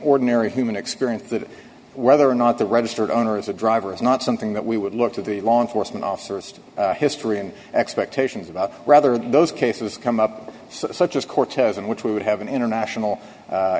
ordinary human experience that whether or not the registered owner is a driver is not something that we would look to the law enforcement officers to history and expectations about rather those cases come up such as cortez in which we would have an international